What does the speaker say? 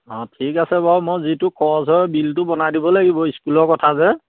অঁ ঠিক আছে বাৰু মই যিটো খৰচ হয় বিলটো বনাই দিব লাগিব ইস্কুলৰ কথা যে